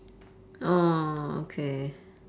orh okay